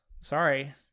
Sorry